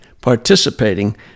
participating